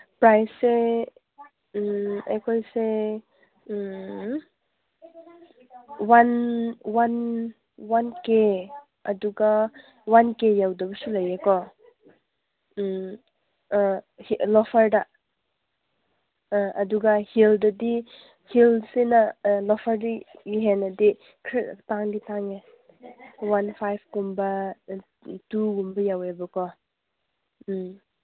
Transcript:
ꯄ꯭ꯔꯥꯏꯁꯁꯦ ꯑꯩꯈꯣꯏꯁꯦ one K ꯑꯗꯨꯒ ꯋꯥꯟ ꯀꯦ ꯌꯧꯗꯕꯁꯨ ꯂꯩꯌꯦ ꯎꯝ ꯑ ꯂꯣꯐꯔꯗ ꯑ ꯑꯗꯨꯒ ꯍꯤꯜꯗꯗꯤ ꯍꯤꯜꯁꯤꯅ ꯂꯣꯐꯔꯗꯒꯤ ꯍꯦꯟꯅꯗꯤ ꯈꯔ ꯇꯥꯡꯗꯤ ꯇꯥꯡꯉꯦ ꯋꯥꯟ ꯐꯥꯏꯚꯀꯨꯝꯕ ꯇꯨꯒꯨꯝꯕ ꯌꯧꯋꯦꯕꯀꯣ ꯎꯝ